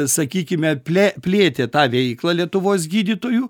sakykime ple plėtė tą veiklą lietuvos gydytojų